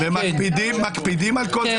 מקפידים על כל זה?